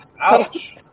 Ouch